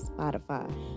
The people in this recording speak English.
Spotify